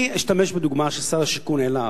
אני אשתמש בדוגמה ששר השיכון העלה,